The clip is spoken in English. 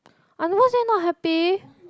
I never say not happy